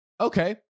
Okay